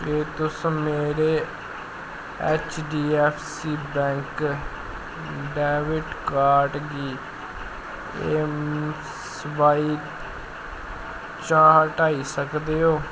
क्या तुस मेरे ऐच्चडीऐफ्फसी बैंक डैबिट कार्ड गी ऐम्मस्वाइप चा हटाई सकदे ओ